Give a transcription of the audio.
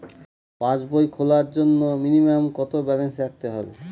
পাসবই খোলার জন্য মিনিমাম কত ব্যালেন্স রাখতে হবে?